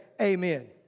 amen